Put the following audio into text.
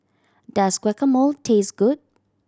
does Guacamole taste good